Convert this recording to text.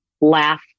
laugh